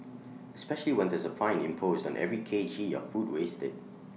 especially when there's A fine imposed on every K G of food wasted